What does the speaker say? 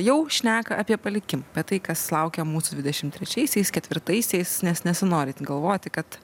jau šneka apie palikimą apie tai kas laukia mūsų dvidešim trečiaisiais ketvirtaisiais nes nesinori ten galvoti kad